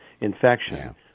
infection